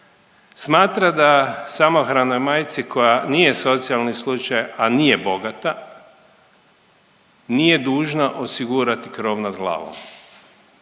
smatra da samohranoj majci koja nije socijalni slučaj, a nije bogata, nije dužna osigurati krov nad glavom.